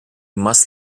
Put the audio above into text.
must